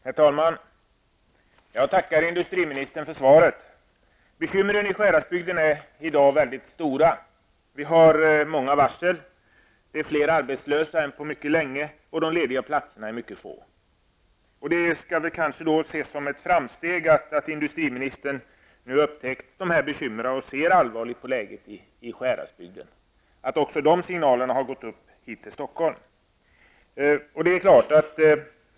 Herr talman! Jag tackar industriministern för svaret. Bekymren i Sjuhäradsbygden är i dag väldigt stora. Vi har fått många varsel. Det är fler arbetslösa än på mycket länge, och de lediga platserna är mycket få. Det skall kanske ses som ett framsteg att industriministern nu upptäckt detta och ser allvarligt på läget i Sjuhäradsbygden. Signalerna har alltså kommit upp till Stockholm.